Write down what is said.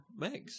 megs